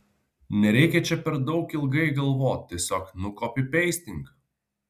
nereikia čia per daug ilgai galvot tiesiog nukopipeistink